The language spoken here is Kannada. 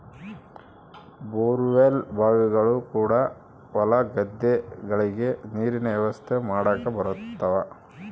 ಬೋರ್ ವೆಲ್ ಬಾವಿಗಳು ಕೂಡ ಹೊಲ ಗದ್ದೆಗಳಿಗೆ ನೀರಿನ ವ್ಯವಸ್ಥೆ ಮಾಡಕ ಬರುತವ